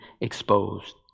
exposed